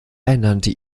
ernannte